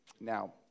Now